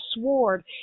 sword